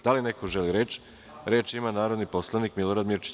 Da li neko želi reč? (Da.) Reč ima narodni poslanik Milorad Mirčić.